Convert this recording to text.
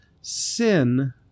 Sin